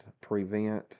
prevent